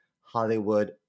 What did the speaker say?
Hollywood